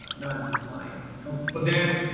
ah non-compliant companies. well, dan,